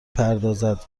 پردازد